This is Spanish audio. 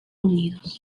unidos